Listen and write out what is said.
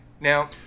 Now